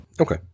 Okay